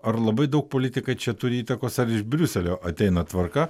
ar labai daug politikai čia turi įtakos ar iš briuselio ateina tvarka